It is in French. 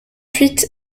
huit